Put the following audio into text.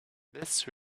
this